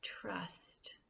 trust